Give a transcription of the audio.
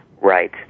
Right